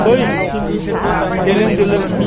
बै देलों देलों